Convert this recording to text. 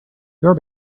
your